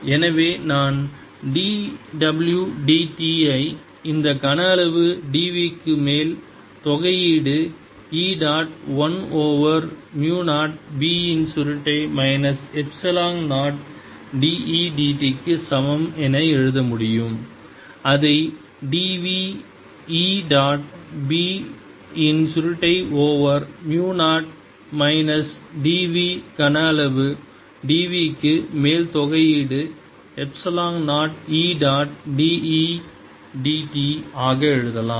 எனவே நான் dw dt ஐ இந்த கன அளவு dv க்கு மேல் தொகையீடு E dot 1 over mu 0 B இன் சுருட்டை மைனஸ் எப்சிலான் 0 dE dt க்கு சமம் என எழுத முடியும் அதை dv E டாட் B இன் சுருட்டை ஓவர் மு 0 மைனஸ் dv கன அளவு dv க்கு மேல் தொகையீடு - epsilon 0 E dot dE dt ஆக எழுதலாம்